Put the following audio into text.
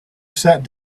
sat